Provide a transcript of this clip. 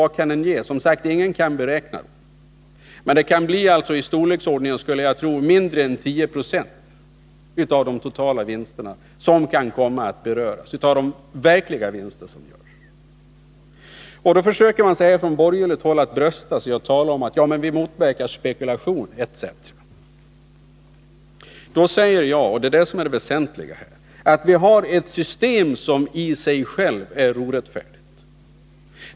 Ingen kan beräkna det, som sagt, men jag skulle tro att det kan bli i storleksordningen mindre än 10 96 av de verkliga vinsterna som kan komma att beröras. Då försöker man ifrån borgerligt håll brösta sig och säga: Ja, men vi motverkar spekulation osv. Då säger jag — och det är det väsentliga: Vi har ett system som i sig självt är orättfärdigt.